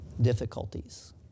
difficulties